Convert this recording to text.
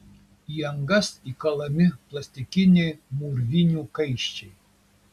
į angas įkalami plastikiniai mūrvinių kaiščiai